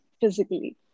physically